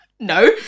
no